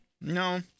No